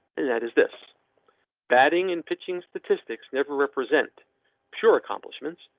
and that is this batting and pitching statistics never represent pure accomplishments,